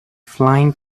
flying